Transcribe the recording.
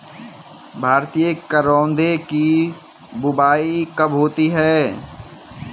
भारतीय करौदे की बुवाई कब होती है?